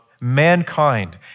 mankind